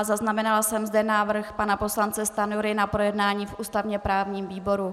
Zaznamenala jsem zde návrh pana poslance Stanjury na projednání v ústavněprávním výboru.